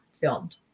filmed